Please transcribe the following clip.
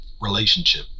relationship